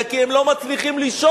אלא כי הם לא מצליחים לישון.